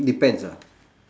depends ah